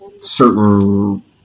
certain